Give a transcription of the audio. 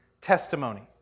Testimony